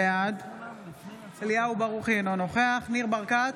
בעד אליהו ברוכי, אינו נוכח ניר ברקת,